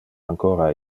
ancora